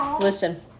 Listen